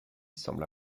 semble